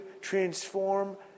transform